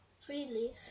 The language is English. freely